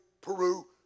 Peru